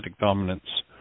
dominance